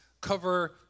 cover